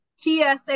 TSA